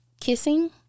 Kissing